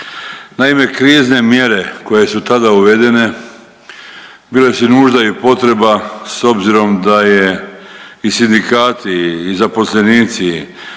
Naime, krizne mjere koje su tada uvedene bile su nužda i potreba s obzirom da je i sindikati i zaposlenici